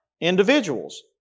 individuals